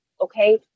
okay